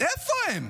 איפה הם?